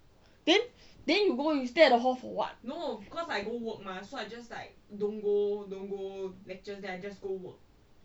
then then then you go you stay at the hall for what